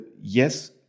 yes